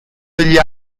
degli